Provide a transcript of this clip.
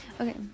Okay